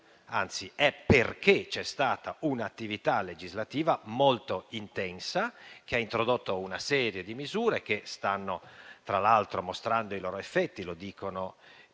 è perché c'è stata un'attività legislativa molto intensa che ha introdotto una serie di misure, che stanno tra l'altro mostrando i loro effetti, come dicono i